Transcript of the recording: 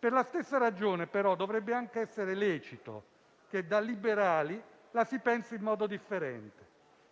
Per la stessa ragione, però, dovrebbe anche essere lecito che da liberali la si pensi in modo differente: